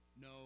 no